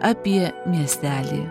apie miestelį